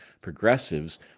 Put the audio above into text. Progressives